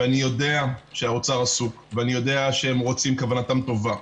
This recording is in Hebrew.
ואני יודע שהאוצר עסוק ואני יודע שכוונתם טובה,